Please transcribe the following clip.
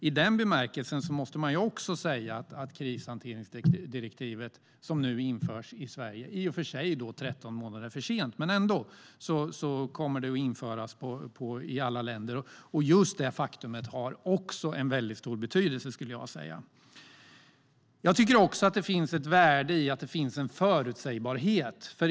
I denna bemärkelse måste vi också säga att krishanteringsdirektivet, som nu införs i Sverige och övriga EU - i och för sig 13 månader för sent men ändå - har stor betydelse. Det finns också ett värde i att det finns en förutsägbarhet.